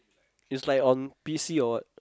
it's like on P_C or what